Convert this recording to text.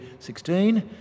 16